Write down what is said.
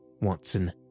Watson